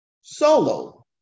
solo